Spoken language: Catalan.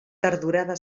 tardorada